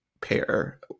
pair